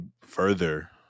further